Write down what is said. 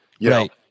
Right